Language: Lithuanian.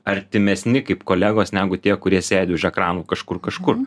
artimesni kaip kolegos negu tie kurie sėdi už ekranų kažkur kažkur